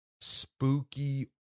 spooky